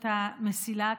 את המסילה,